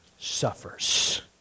suffers